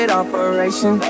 operation